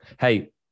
hey